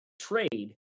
trade